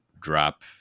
drop